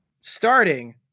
starting